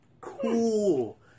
Cool